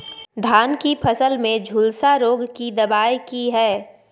धान की फसल में झुलसा रोग की दबाय की हय?